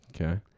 Okay